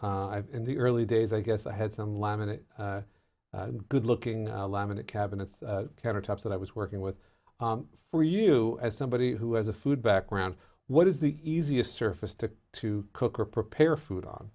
in the early days i guess i had some laminate good looking laminate cabinets countertops that i was working with for you as somebody who has a food background what is the easiest surface to to cook or prepare food on